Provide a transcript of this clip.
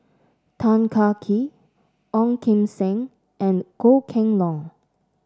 Tan Kah Kee Ong Kim Seng and Goh Kheng Long